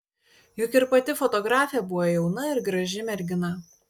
juk ir pati fotografė buvo jauna ir graži mergina